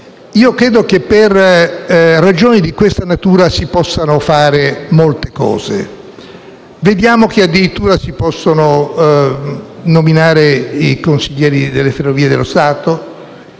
Io credo che per ragioni di questa natura si possano fare molte cose: vediamo che addirittura si possono nominare i consiglieri delle Ferrovie dello Stato,